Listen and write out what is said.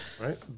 right